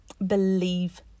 believe